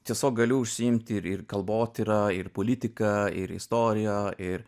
tiesiog galiu užsiimti ir ir kalbotyra ir politika ir istorija ir